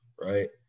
right